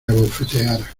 abofeteara